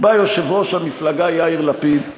בא יושב-ראש המפלגה יאיר לפיד,